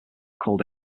called